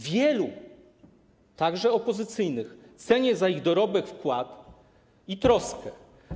Wielu, także opozycyjnych, cenię za ich dorobek, wkład i troskę.